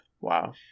Wow